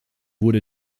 wurde